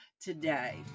today